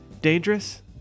Dangerous